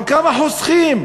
אבל כמה חוסכים?